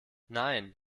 nein